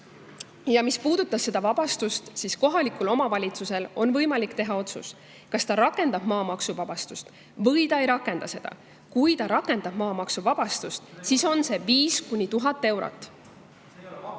Ja mis veel puudutab seda vabastust, siis kohalikul omavalitsusel on võimalik teha otsus, kas ta rakendab maamaksuvabastust või ta ei rakenda seda. Kui ta rakendab maamaksuvabastust, siis on see [soodustus] 5–1000 eurot. Aitäh